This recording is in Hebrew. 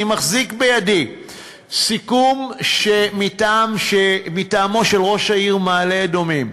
אני מחזיק בידי סיכום מטעמו של ראש העיר מעלה-אדומים,